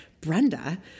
Brenda